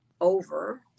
over